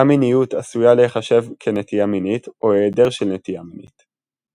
א-מיניות עשויה להיחשב כנטייה מינית או היעדר של נטייה מינית.